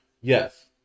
Yes